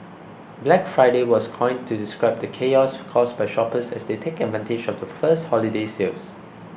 Black Friday was coined to describe the chaos caused by shoppers as they take advantage of the first holiday sales